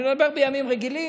אני מדבר על ימים רגילים.